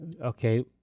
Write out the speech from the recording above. Okay